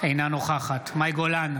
אינה נוכחת מאי גולן,